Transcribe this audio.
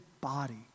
body